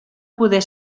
poder